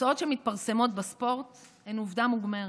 התוצאות שמתפרסמות בספורט הן עובדה מוגמרת,